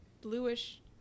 bluish